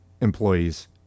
employees